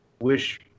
wish